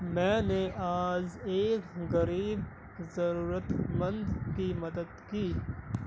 میں نے آج ایک غریب ضرورتمند کی مدد کی